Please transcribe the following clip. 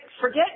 forget